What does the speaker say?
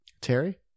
terry